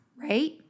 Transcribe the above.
right